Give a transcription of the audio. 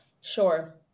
sure